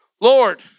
Lord